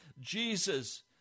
Jesus